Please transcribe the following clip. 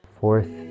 Fourth